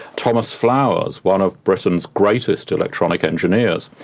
thomas flowers, one of britain's greatest electronic engineers,